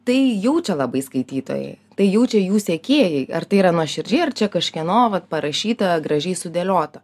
tai jaučia labai skaitytojai tai jaučia jų sekėjai ar tai yra nuoširdžiai ar čia kažkieno vat parašyta gražiai sudėliota